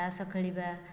ତାସ୍ ଖେଳିବା